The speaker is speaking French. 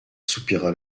soupira